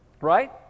right